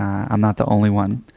i'm not the only one,